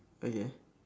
okay